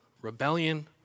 rebellion